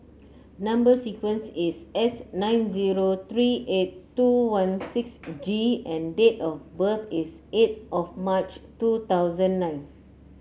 number sequence is S nine zero three eight two one six G and date of birth is eight of March two thousand nine